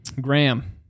Graham